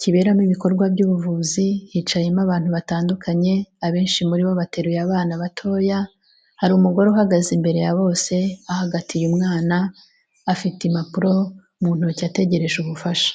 kiberamo ibikorwa by'ubuvuzi, hicayemo abantu batandukanye, abenshi muri bo bateruye abana batoya; hari umugore uhagaze imbere ya bose ahagatiye umwana, afite impapuro mu ntoki ategereje ubufasha.